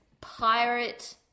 Pirate